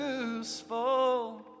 useful